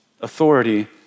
authority